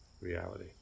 reality